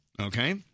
Okay